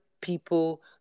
people